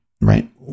right